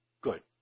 Good